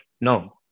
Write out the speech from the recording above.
No